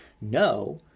no